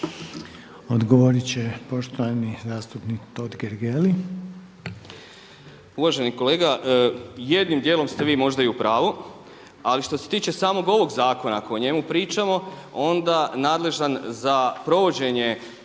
Odgovoriti će poštovani zastupnik Totgergeli. **Totgergeli, Miro (HDZ)** Uvaženi kolega jednim dijelom ste vi možda i u pravu ali što se tiče samog ovog zakona ako o njemu pričamo onda nadležan za provođenje